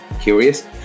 curious